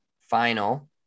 final